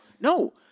no